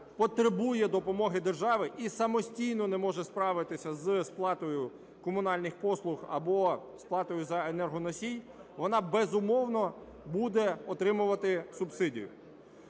потребує допомоги держави і самостійно не може справитися із сплатою комунальних послуг або із сплатою за енергоносій, вона, безумовно, буде отримувати субсидію.